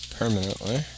permanently